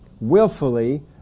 willfully